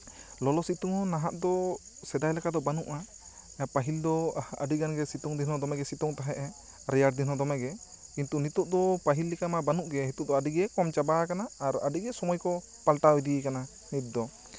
ᱞᱚᱞᱚ ᱥᱤᱛᱩᱝ ᱱᱟᱦᱟᱜ ᱫᱚ ᱥᱮᱫᱟᱭ ᱞᱮᱠᱟ ᱫᱚ ᱵᱟᱱᱩᱜᱼᱟ ᱯᱟᱹᱦᱤᱞ ᱫᱚ ᱟᱹᱰᱤᱜᱟᱱ ᱜᱮ ᱥᱤᱛᱩᱝ ᱫᱤᱱ ᱦᱚᱸ ᱫᱚᱢᱮᱜᱮ ᱥᱤᱛᱩᱝ ᱛᱟᱦᱮᱸᱜ ᱨᱮᱭᱟᱲ ᱫᱤᱱᱦᱚᱸ ᱫᱚᱢᱮᱜᱮ ᱱᱤᱛᱚᱜ ᱫᱚ ᱯᱟᱹᱦᱤᱞ ᱞᱮᱠᱟ ᱫᱚ ᱵᱟᱹᱱᱩᱜ ᱜᱮ ᱱᱤᱛᱚᱜ ᱫᱚ ᱟᱹᱰᱤ ᱜᱮ ᱠᱚᱢ ᱪᱟᱵᱟᱣ ᱠᱟᱱᱟ ᱟᱨ ᱟᱹᱰᱤᱜᱮ ᱥᱚᱢᱚᱭ ᱠᱚ ᱯᱟᱞᱴᱟᱣ ᱤᱫᱤ ᱠᱟᱱᱟ ᱱᱤᱛ ᱫᱚ